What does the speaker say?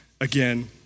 again